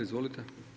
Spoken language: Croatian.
Izvolite.